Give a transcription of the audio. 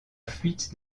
fuite